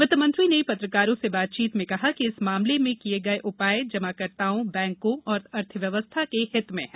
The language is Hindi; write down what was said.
वित्त मंत्री ने पत्रकारों से बातचीत में कहा कि इस मामले में किए गए उपाय जमाकर्ताओं बैंकों और अर्थव्यवस्था के हित में हैं